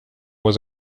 was